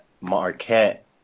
Marquette